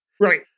Right